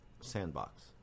sandbox